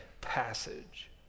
passage